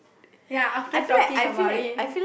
ya after talking about it